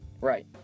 Right